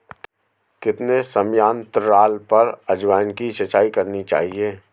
कितने समयांतराल पर अजवायन की सिंचाई करनी चाहिए?